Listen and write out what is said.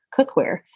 cookware